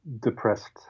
Depressed